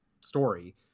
story